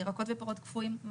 ירקות ופירות קפואים,